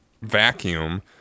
vacuum